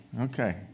Okay